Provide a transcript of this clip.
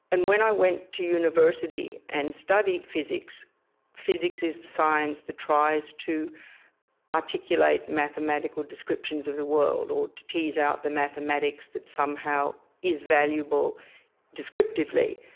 and when i went to university and studied physics physics is the science that tries to articulate mathematical descriptions of the world or to tease out the mathematics that somehow is valuable descriptively.